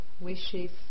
wishes